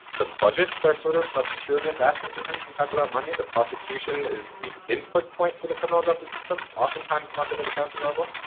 the budgets are sort of a curious aspect of this, when we talk about money. the prosecution is the input point for the criminal justice system, oftentimes funded at a county level.